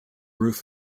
roof